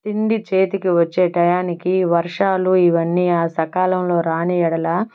తిండి చేతికి వచ్చే టైంకి వర్షాలు ఇవన్నీ ఆ సకాలంలో రానియెడల